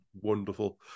wonderful